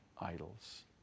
idols